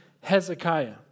Hezekiah